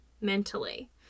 mentally